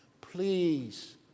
please